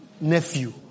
nephew